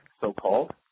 so-called